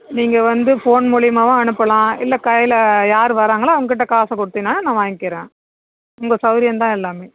நீங்கள் வந்து ஃபோன் மூலியமாகவும் அனுப்பலாம் இல்லை கையில யார் வர்றாங்களோ அவங்ககிட்ட காசு கொடுத்தீங்கன்னா நான் வாங்கிக்கிறேன் உங்கள் சௌரியம் தான் எல்லாமே